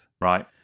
Right